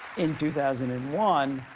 in two thousand and one,